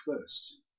first